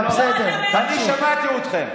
אני שמעתי אתכם.